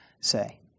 say